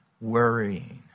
worrying